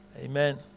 Amen